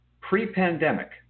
pre-pandemic